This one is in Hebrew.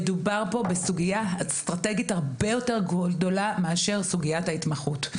מדובר פה בסוגיה אסטרטגית הרבה יותר גדולה מסוגיית ההתמחות.